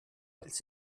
als